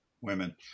women